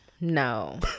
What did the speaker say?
No